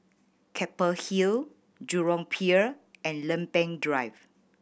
Keppel Hill Jurong Pier and Lempeng Drive